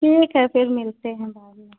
ठीक है फिर मिलते हैं बाद में